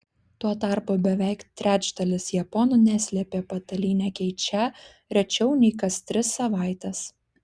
tuo tarpu beveik trečdalis japonų neslėpė patalynę keičią rečiau nei kas tris savaites